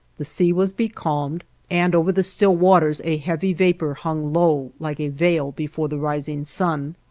the sea was becalmed, and over the still waters a heavy vapor hung low like a veil before the rising sun.